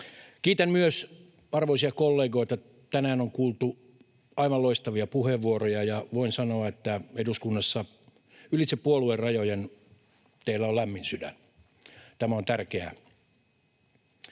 Kiitän myös arvoisia kollegoita. Tänään on kuultu aivan loistavia puheenvuoroja, ja voin sanoa, että eduskunnassa ylitse puoluerajojen teillä on lämmin sydän. Tämä on tärkeää.